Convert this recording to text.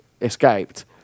escaped